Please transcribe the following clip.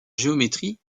géométrie